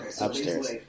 Upstairs